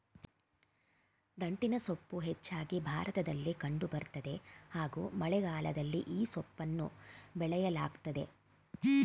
ದಂಟಿನಸೊಪ್ಪು ಹೆಚ್ಚಾಗಿ ಭಾರತದಲ್ಲಿ ಕಂಡು ಬರ್ತದೆ ಹಾಗೂ ಮಳೆಗಾಲದಲ್ಲಿ ಈ ಸೊಪ್ಪನ್ನ ಬೆಳೆಯಲಾಗ್ತದೆ